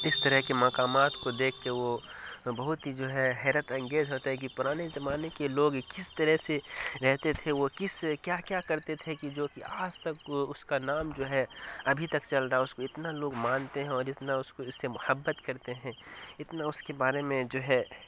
اس طرح کے مکامات کو دیکھ کے وہ بہت ہی جو ہے حیرت انگیز ہوتے ہیں کہ پرانے زمانے کے لوگ کس طرح سے رہتے تھے وہ کس کیا کیا کرتے تھے کہ جوکہ آج تک اس کا نام جو ہے ابھی چل رہا ہے اس کو اتنا لوگ مانتے ہیں اور اتنا اس کو اس سے محبت کرتے ہیں اتنا اس کے بارے میں جو ہے